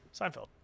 Seinfeld